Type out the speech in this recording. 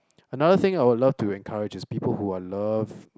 another thing I would love to encourage is people who are love